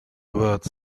words